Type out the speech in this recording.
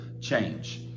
change